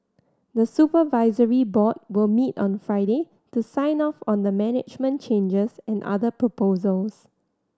the supervisory board will meet on Friday to sign off on the management changes and other proposals